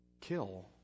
kill